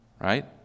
right